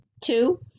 Two